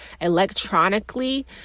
electronically